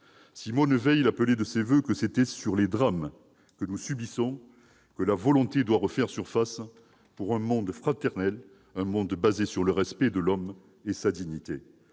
Simone Veil le soulignait, c'est sur les drames que nous subissons que « la volonté doit refaire surface, pour un monde fraternel, un monde basé sur le respect de l'homme et sa dignité.